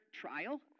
trial